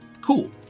Cool